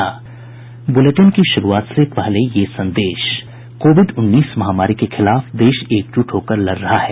bulletin की शुरूआत से पहले ये संदेश कोविड उन्नीस महामारी के खिलाफ देश एकज़्ट होकर लड़ रहा है